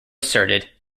asserted